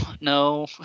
no